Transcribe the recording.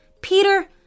Peter